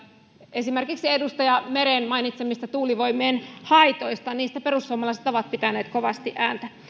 esimerkiksi edustaja meren mainitsemista tuulivoiman haitoista niistä perussuomalaiset ovat pitäneet kovasti ääntä